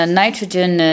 nitrogen